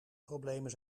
problemen